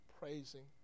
praising